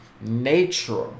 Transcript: nature